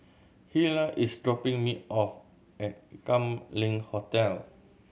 Hilah is dropping me off at Kam Leng Hotel